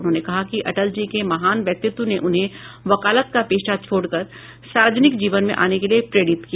उन्होंने कहा कि अटल जी के महान व्यक्तित्व ने उन्हें वकालत का पेशा छोड़कर सार्वजनिक जीवन में आने के लिए प्रेरित किया